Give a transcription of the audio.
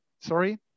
sorry